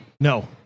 No